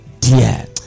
dear